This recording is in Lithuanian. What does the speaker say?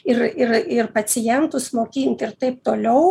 ir ir ir pacientus mokint ir taip toliau